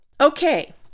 okay